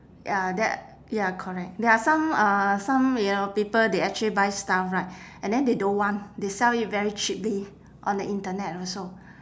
ya that ya correct there are some uh some you know people they actually buy stuff right and then they don't want they sell it very cheaply on the internet also